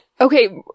okay